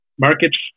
markets